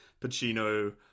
Pacino